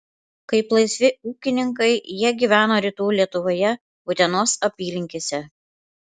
kaip laisvi ūkininkai jie gyveno rytų lietuvoje utenos apylinkėse